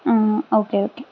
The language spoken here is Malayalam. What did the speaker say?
ആ ഓക്കേ ഓക്കേ